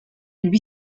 lui